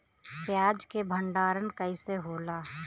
प्याज के भंडारन कइसे होला?